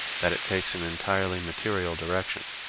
that it takes an entirely material direction.